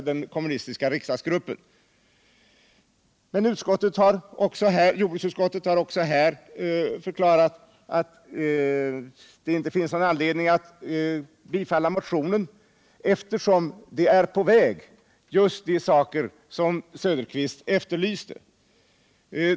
Men jordbruksutskottet har även i denna del förklarat att det inte finns någon anledning att bifalla motionen, eftersom de av herr Söderqvist efterlysta åtgärderna är på väg.